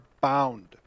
bound